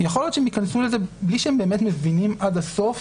יכול להיות שהם ייכנסו לזה בלי שהם באמת מבינים עד הסוף